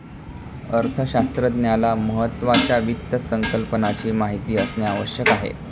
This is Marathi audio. अर्थशास्त्रज्ञाला महत्त्वाच्या वित्त संकल्पनाची माहिती असणे आवश्यक आहे